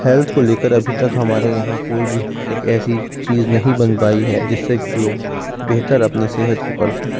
health کو لے کر ابھی تک ہمارے یہاں کوئی بھی ایک ایسی چیز نہیں بن پائی ہے جس سے کہ لوگ بہتر اپنے صحت کو کر سکے